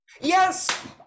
Yes